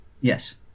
Yes